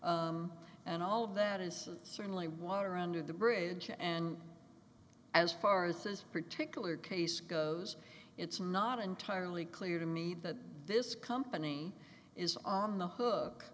and all of that is certainly water under the bridge and as far as his particular case goes it's not entirely clear to me that this company is on the hook